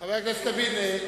חבר הכנסת לוין,